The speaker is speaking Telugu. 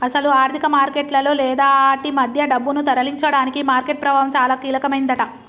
అసలు ఆర్థిక మార్కెట్లలో లేదా ఆటి మధ్య డబ్బును తరలించడానికి మార్కెట్ ప్రభావం చాలా కీలకమైందట